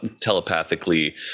telepathically